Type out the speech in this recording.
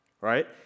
right